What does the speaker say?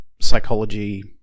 psychology